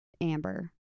amber